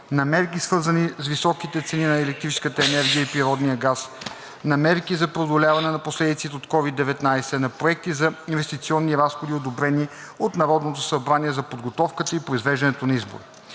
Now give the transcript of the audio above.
на мерки, свързани с високите цени на електрическата енергия и природния газ, на мерки за преодоляване на последиците от COVID 19, на проекти за инвестиционни разходи, одобрени от Народното събрание, за подготовката и произвеждането на избори.